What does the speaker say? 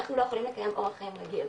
אנחנו לא יכולים לקיים אורח חיים רגיל